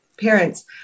parents